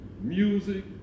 Music